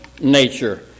nature